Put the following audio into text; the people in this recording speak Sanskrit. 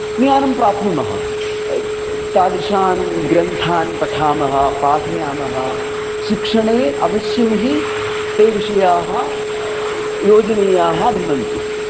ज्ञानं प्राप्नुमः तादृशान् ग्रन्थान् पठामः पाठयामः शिक्षणे अवश्यं हि ते विषयाः योजनीयाः भवन्ति